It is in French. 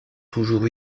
toujours